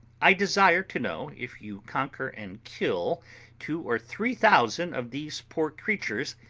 i desire to know, if you conquer and kill two or three thousand of these poor creatures,